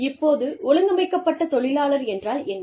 இப்போது ஒழுங்கமைக்கப்பட்ட தொழிலாளர் என்றால் என்ன